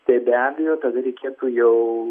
tai be abejo tada reikėtų jau